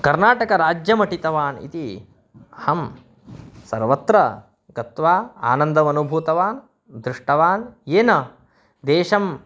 कर्नाटकराज्यमटितवान् इति अहं सर्वत्र गत्वा आनन्दमनुभूतवान् दृष्टवान् येन देशम्